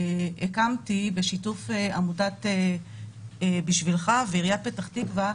הקמתי בשיתוף עמותת 'בשבילך' ועיריית פתח תקווה,